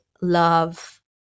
love